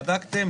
בדקתם?